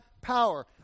power